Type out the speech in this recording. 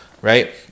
right